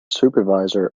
supervisor